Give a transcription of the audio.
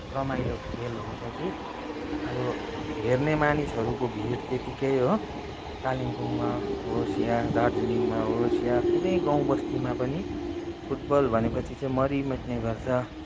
रमाइलो खेल हुन्छ कि अब हेर्ने मानिसहरूको भिड त्यतिकै हो कालिम्पोङमा होस् या दार्जिलिङमा होस् या कुनै गाउँबस्तीमा पनि फुटबल भने पछि चाहिँ मरि मिट्ने गर्छ